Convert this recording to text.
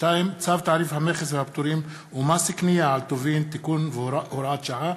צו תעריף המכס והפטורים ומס קנייה על טובין (תיקון והוראת שעה),